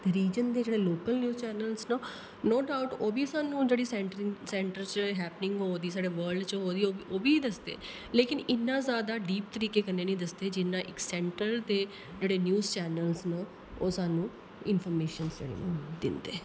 reason दे जेह्ड़े local news channels न नो डाउट ओह् बी सानूं जेह्ड़ी सैंटरिंग सैंटर च हैपनिंग होआ दी सारे वर्ल्ड च होआ दी ओह् बी दस्सदे लेकिन इन्ना जैदा डीप तरीकै कन्नै निं दस्सदे जिन्ना इक सैंटर दे जेह्ड़े न्यूज चैनल्स न ओह् सानूं इंफर्मेशन्स जेह्ड़ियां न दिंदे